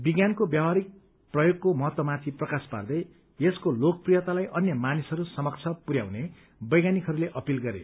विज्ञानको व्यावहारिक प्रयोगको महत्वमाथि प्रकाश पार्दै यसको लोकप्रियतालाई अन्य मानिसहरू समक्ष पुरयाउने वैज्ञानिकहरूले अपिल गरे